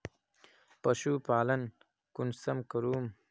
पशुपालन कुंसम करूम?